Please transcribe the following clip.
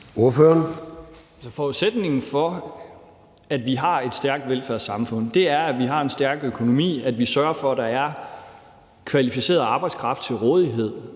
Forudsætningen for, at vi har et stærkt velfærdssamfund, er, at vi har en stærk økonomi, og at vi sørger for, at der er kvalificeret arbejdskraft til rådighed.